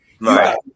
Right